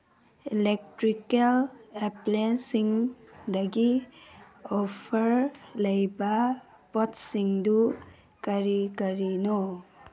electrical ꯑꯦꯄ꯭ꯂꯦꯟꯁꯤꯡꯗꯒꯤ offer ꯂꯩꯕ ꯄꯣꯠꯁꯤꯡꯗꯨ ꯀꯔꯤ ꯀꯔꯤꯅꯣ